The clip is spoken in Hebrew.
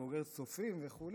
בוגר צופים וכו',